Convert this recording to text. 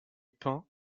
peint